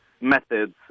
methods